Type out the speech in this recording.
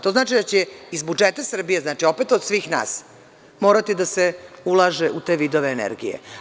To znači da će iz budžeta Srbije, znači, opet od svih nas, morati da se ulaže u te vidove energije.